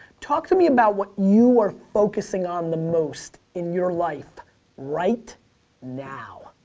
talk to me about what you are focusing on the most in your life right now.